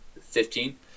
Fifteen